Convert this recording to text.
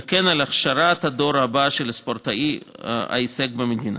וכן על הכשרת הדור הבא של ספורטאי ההישג במדינה.